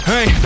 Hey